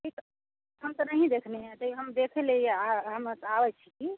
ठीक हम तऽ नहिए देखली हँ तैओ हम देखैलए हम बस आबै छी